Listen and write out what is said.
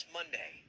Monday